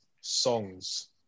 songs